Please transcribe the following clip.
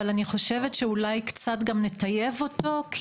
אבל, אני חושבת שאולי קצת גם נטייב אותו.